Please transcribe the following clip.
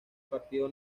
partido